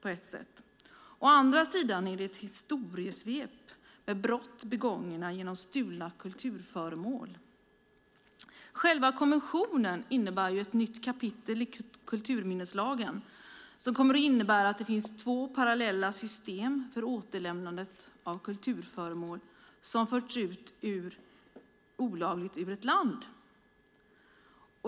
Det är också ett historiesvep över brott begångna genom stöld av kulturföremål. Konventionen är ett nytt kapitel i kulturminneslagen. Det kommer att innebära två parallella system för återlämnande av kulturföremål som olagligt förts ut ur ett land.